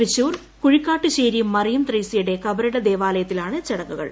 തൃശൂർ കുഴിക്കാട്ടുശ്ശേരി മറിയം ത്രേസ്യയുടെ കബറിട ദേവാലയത്തിലാണ് ചടങ്ങുകൾ